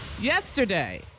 Yesterday